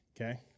Okay